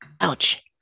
Ouch